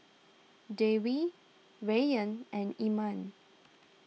Dewi Rayyan and Iman